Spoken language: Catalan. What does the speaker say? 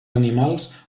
animals